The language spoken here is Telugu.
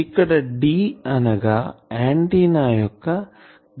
ఇక్కడ D అనగా ఆంటిన్నా యొక్క గరిష్ట పరిణామం